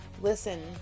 Listen